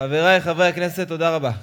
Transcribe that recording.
חברי חברי הכנסת, תודה רבה.